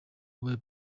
wabaye